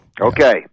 Okay